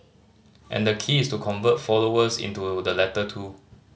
and the key is to convert followers into the latter two